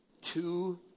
Two